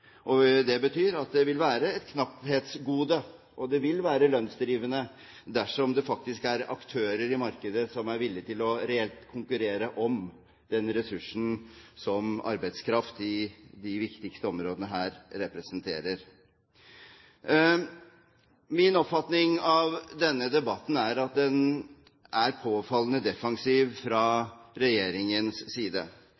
kommer. Det betyr at det vil være et knapphetsgode, og det vil være lønnsdrivende dersom det faktisk er aktører i markedet som er villige til reelt å konkurrere om den ressursen som arbeidskraft på de viktigste områdene her representerer. Min oppfatning av denne debatten er at den er påfallende defensiv fra